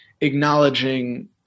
acknowledging